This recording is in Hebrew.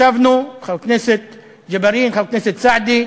ישבנו, חבר הכנסת ג'בארין, חבר הכנסת סעדי,